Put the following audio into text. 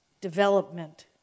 development